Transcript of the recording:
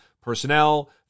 personnel